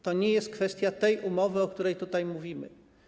To nie jest kwestia tej umowy, o której tutaj mówimy.